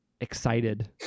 excited